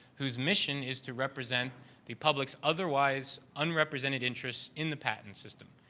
whose mission is to represent the public's otherwise, unrepresented interest in the patent system.